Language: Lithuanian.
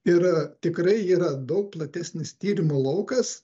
ir tikrai yra daug platesnis tyrimų laukas